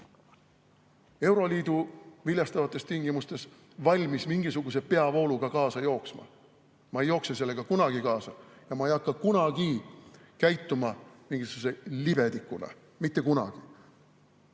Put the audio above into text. euroliidu viljastavates tingimustes valmis mingisuguse peavooluga kaasa jooksma. Ma ei jookse sellega kunagi kaasa ja ma ei hakka kunagi käituma mingisuguse libedikuna. Mitte kunagi!